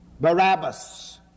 Barabbas